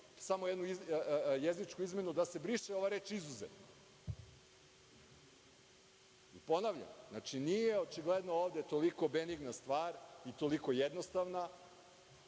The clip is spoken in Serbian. samo jednu jezičku izmenu, da se briše ova reč „izuzetno“.Ponavljam, nije očigledno ovde toliko benigna stvar i toliko jednostavna.